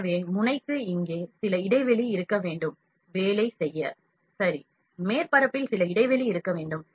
எனவே முனைக்கு இங்கே சில இடைவெளி இருக்க வேண்டும் வேலை செய்ய சரி மேற்பரப்பில் சில இடைவெளி இருக்க வேண்டும்